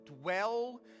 dwell